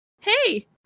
hey